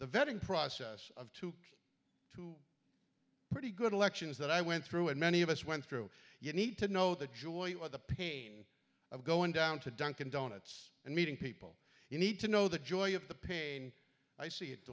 the vetting process of two key pretty good elections that i went through and many of us went through you need to know that joint with the pain of going down to dunkin donuts and meeting people you need to know the joy of the pain i see it